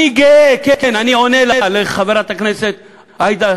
אני גאה, כן, אני עונה לה, לחברת הכנסת עאידה